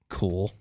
cool